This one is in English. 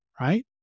right